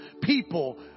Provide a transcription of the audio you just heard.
people